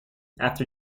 after